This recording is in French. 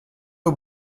aux